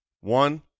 One